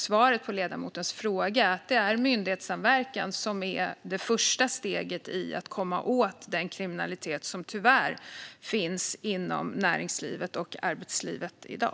Svaret på ledamotens fråga är att det är myndighetssamverkan som är det första steget för att komma åt den kriminalitet som tyvärr finns inom näringslivet och arbetslivet i dag.